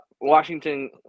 Washington